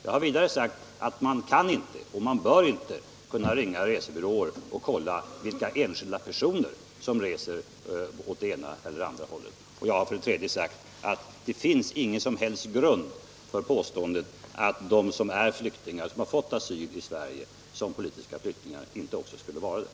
För det andra har jag sagt att man inte kan och inte bör kunna ringa resebyråer och kolla vilka enskilda personer som reser åt det ena eller andra hållet. Och jag sade för det tredje att det finns ingen som helst grund för påståendet att de som har fått asyl i Sverige som politiska flyktingar inte också skulle vara det.